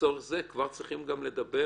לצורך זה צריכים כבר לדבר